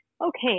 Okay